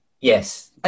Yes